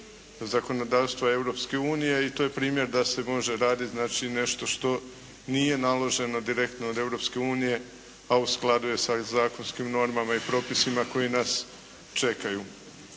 zakonodavstva Europske unije i to je primjer da se može raditi znači nešto što nije naloženo direktno od Europske unije, a u skladu je sa zakonskim normama i propisima koji nas čekaju.